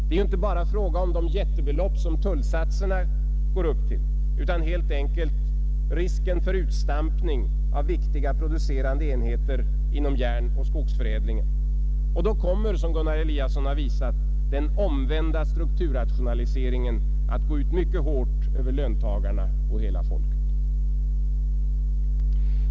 Det är ju inte bara fråga om de jättebelopp, som tullsatserna går upp till, utan helt enkelt risken för utstampning av viktiga producerande enheter inom järnoch skogsförädlingen. Och därvid kommer, som Gunnar Eliasson visat, den omvända strukturrationaliseringen att mycket hårt gå ut över löntagarna och hela folket.